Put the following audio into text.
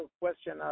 question